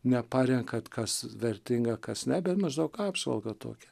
neparenkant kas vertinga kas ne bet maždaug apsauga tokia